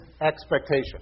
expectation